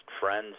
friends